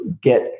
get